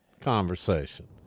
conversation